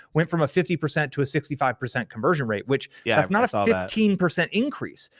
went from a fifty percent to a sixty five percent conversion rate which yeah that's not a fifteen percent increase,